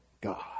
God